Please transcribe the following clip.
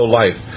life